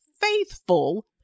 faithful